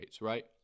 right